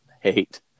hate